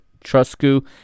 Truscu